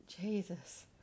Jesus